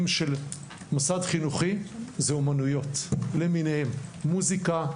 של מוסד חינוכי זה אומניות למיניהם: מוסיקה,